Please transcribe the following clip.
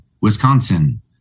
Wisconsin